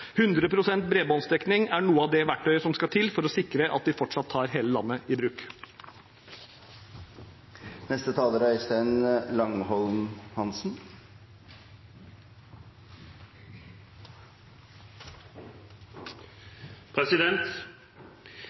bredbåndsdekning er noe av det verktøyet som skal til for å sikre at vi fortsatt tar hele landet i bruk.